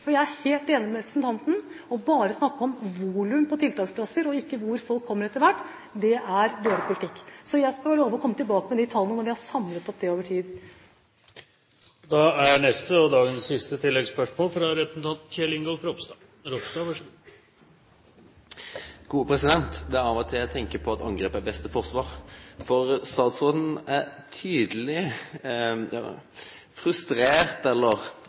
Jeg er helt enig med representanten: Å bare snakke om volum på tiltaksplasser og ikke hvor folk kommer etter hvert, er dårlig politikk. Så jeg skal love å komme tilbake med de tallene når vi har samlet opp tall over tid. Kjell Ingolf Ropstad – til oppfølgingsspørsmål. Det er av og til jeg tenker at angrep er det beste forsvar. For statsråden er tydelig frustrert,